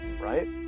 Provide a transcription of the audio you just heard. right